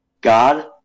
God